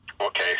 Okay